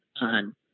on